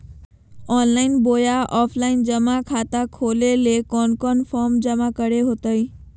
Online बोया offline जमा खाता खोले ले कोन कोन फॉर्म जमा करे होते?